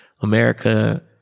America